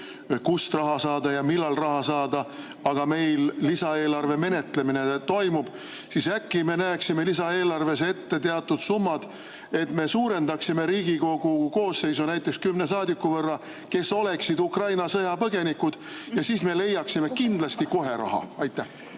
kust raha saada ja millal raha saada. Aga kuna meil lisaeelarve menetlemine toimub, siis äkki me näeksime lisaeelarves ette teatud summad, et me suurendaksime Riigikogu koosseisu näiteks kümne saadiku võrra, kes oleksid Ukraina sõjapõgenikud, ja siis me leiaksime kindlasti kohe raha. Jah,